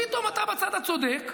פתאום אתה בצד הצודק,